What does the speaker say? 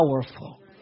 powerful